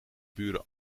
buren